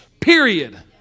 period